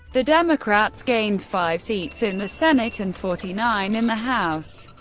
the democrats gained five seats in the senate and forty-nine in the house.